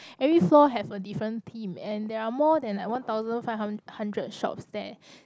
every floor have a different theme and there are more than like one thousand five hun~ hundred shops there